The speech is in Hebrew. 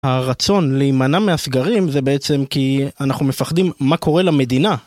הרצון להימנע מהסגרים זה בעצם כי אנחנו מפחדים מה קורה למדינה.